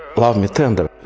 love me tender,